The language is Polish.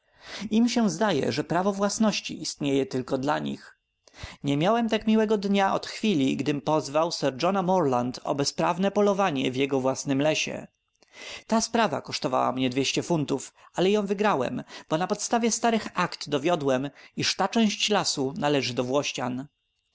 im się zdaje że prawo własności istnieje tylko dla nich nie miałem tak miłego dnia od chwili gdym pozwał sir johna morland o bezprawne polowanie w jego własnym lesie ta sprawa kosztowała mnie dwieście funtów ale ją wygrałem bo na podstawie starych akt dowiodłem iż ta część lasu należy do włościan